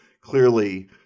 clearly